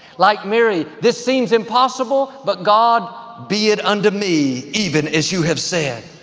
like mary, this seems impossible, but god, be it unto me even as you have said.